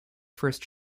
first